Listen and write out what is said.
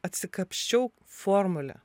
atsikapsčiau formulę